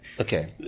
Okay